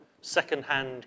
second-hand